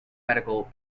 medical